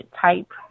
type